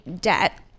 debt